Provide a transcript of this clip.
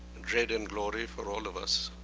dread and glory for all of us.